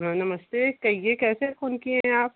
हाँ नमस्ते कहिए कैसे फोन किये हैं आप